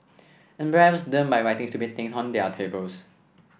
embarrass them by writing stupid things on their tables